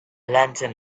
lantern